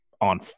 on